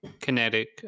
kinetic